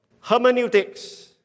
Hermeneutics